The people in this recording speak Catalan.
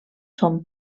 són